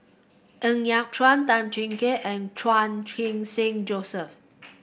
Ng Yat Chuan Tan Jiak Kim and Chan Khun Sing Joseph